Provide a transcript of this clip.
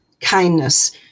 kindness